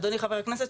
אדוני חבר הכנסת,